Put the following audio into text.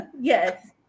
Yes